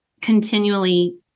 continually